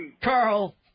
Carl